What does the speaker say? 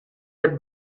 der